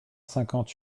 cinquante